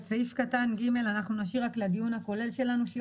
את סעיף קטן (ג) נשאיר לדיון הכולל שלנו.